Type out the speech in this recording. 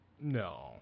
No